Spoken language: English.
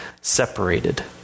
separated